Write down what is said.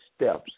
steps